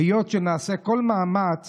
היות שנעשה כל מאמץ